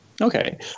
Okay